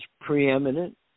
preeminent